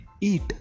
Eat